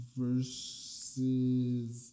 versus